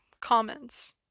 comments